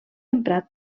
emprat